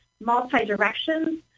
multi-directions